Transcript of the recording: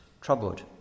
troubled